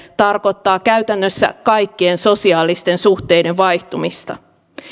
tarkoittaa käytännössä kaikkien sosiaalisten suhteiden vaihtumista